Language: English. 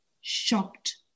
shocked